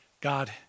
God